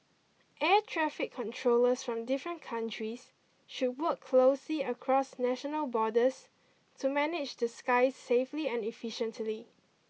air traffic controllers from different countries should work closely across national borders to manage the skies safely and efficiently